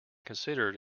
considered